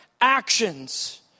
actions